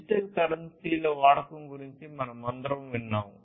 digital కరెన్సీల వాడకం గురించి మనమందరం విన్నాం